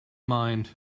mind